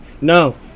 no